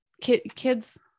kids